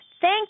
Thank